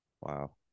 Wow